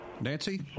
Nancy